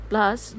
Plus